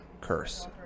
curse